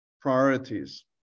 priorities